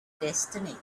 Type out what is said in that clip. destiny